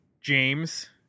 James